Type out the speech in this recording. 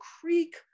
Creek